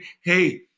hey